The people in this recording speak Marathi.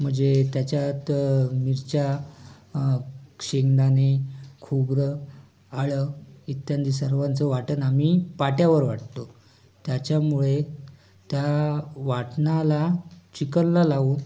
म्हणजे त्याच्यात मिरच्या शेंगदाणे खोबरं आलं इत्यांदी सर्वांचं वाटण आम्ही पाट्यावर वाटतो त्याच्यामुळे त्या वाटणाला चिकनला लावून